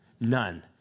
none